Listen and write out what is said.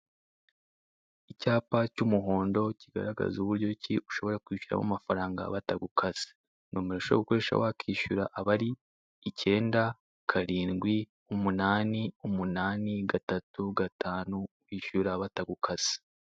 Icyapa cy'umuhondo kigaragaza buryo ki ushobora kwishyuramo amafaranga batagukase; nimero ushobora gukoresha wishyura akaba ari 978835, ukishyura batagukase.